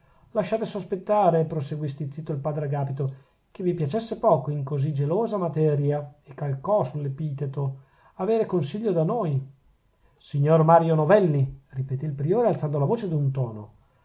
lasciate sospettare proseguì stizzito il padre agapito che vi piacesse poco in così gelosa materia e calcò sull'epiteto aver consiglio da noi signor mario novelli ripetè il priore alzando la voce d'un tono